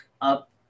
up